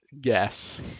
guess